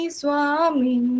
swami